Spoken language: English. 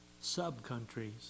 sub-countries